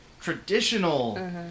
traditional